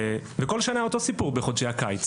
כל שנה קורה אותו סיפור בחודשי הקיץ